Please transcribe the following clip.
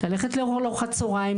ללכת לאכול ארוחת צוהריים,